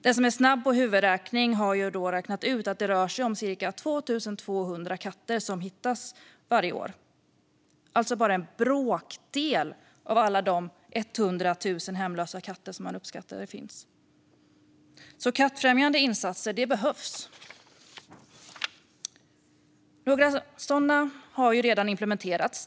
Den som är snabb på huvudräkning har räknat ut att det rör sig om cirka 2 200 katter som hittas varje år, alltså bara en bråkdel av de 100 000 hemlösa katter som man uppskattar finns. Kattfrämjande insatser behövs. Några sådana har redan implementerats.